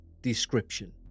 Description